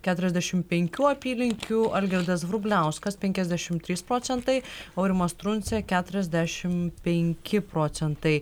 keturiasdešimt penkių apylinkių algirdas grubliauskas penkiasdešimt trys procentai aurimas truncė keturiasdešimt penki procentai